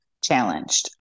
challenged